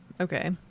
okay